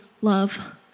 love